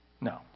No